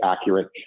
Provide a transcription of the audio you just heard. accurate